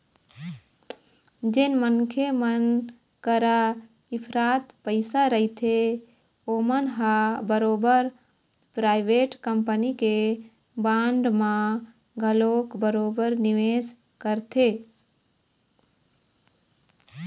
जेन मनखे मन करा इफरात पइसा रहिथे ओमन ह बरोबर पराइवेट कंपनी के बांड म घलोक बरोबर निवेस करथे